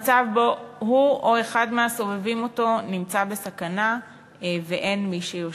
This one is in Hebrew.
מצב שבו הוא או אחד מהסובבים אותו נמצא בסכנה ואין מי שיושיע.